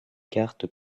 cartes